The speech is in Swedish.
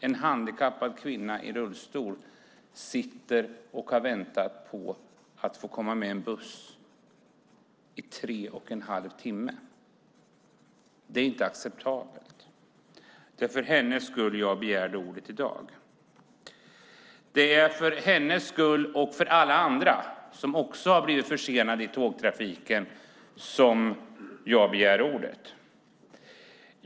En handikappad kvinna i rullstol satt och väntade i tre och en halv timme på att få komma med en buss. Det är inte acceptabelt. Det är för hennes skull och för alla andra som också blivit försenade i tågtrafiken som jag begär ordet i dag.